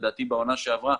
לדעתי בעונה שעברה,